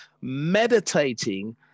meditating